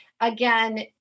again